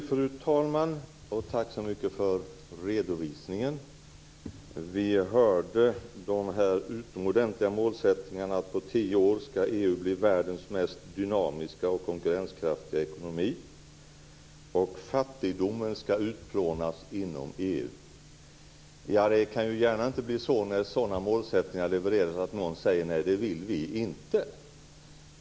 Fru talman! Tack så mycket för redovisningen. Vi hörde de utomordentliga målsättningarna att EU på tio år ska bli världens mest dynamiska och konkurrenskraftiga ekonomi och att fattigdomen ska utplånas inom EU. Det kan ju inte gärna bli så när sådana målsättningar levereras att någon säger: Nej, det vill vi inte.